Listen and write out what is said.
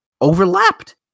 overlapped